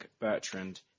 Bertrand